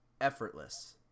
effortless